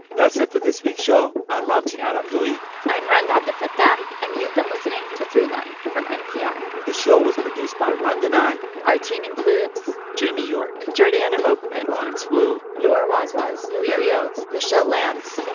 that's it for this week's show. i'm ramtin ah arablouei i'm rund abdelfatah. and you've been listening to throughline from npr the show was produced by rund and i our team includes. jamie york jordana hochman lawrence wu noor wazwaz yo, yo, yo, it's michelle lanz. and